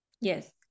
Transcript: Yes